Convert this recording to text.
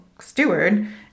steward